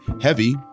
Heavy